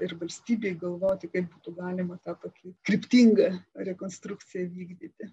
ir valstybei galvoti kaip būtų galima tą tokią kryptingą rekonstrukciją vykdyti